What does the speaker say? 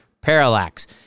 Parallax